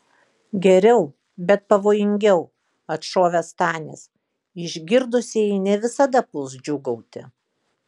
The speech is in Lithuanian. geriau bet pavojingiau atšovė stanis išgirdusieji ne visada puls džiūgauti